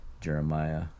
Jeremiah